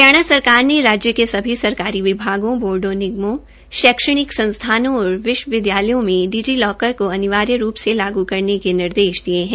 हरियाणा सरकार ने राज्य के सभी सरकारी विभागों बोर्डो निगमों शैक्षणिक संस्थानों और विश्व विद्यालयों मे डिजी लॉकर को अनिवार्य रूप से लागू करने के निर्देश दिये है